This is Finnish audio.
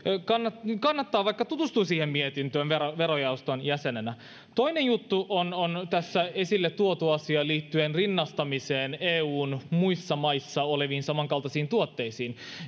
kannattaa vaikka tutustua siihen mietintöön verojaoston jäsenenä toinen juttu on on tässä esille tuotu asia liittyen rinnastamiseen eun muissa maissa oleviin samankaltaisiin tuotteisiin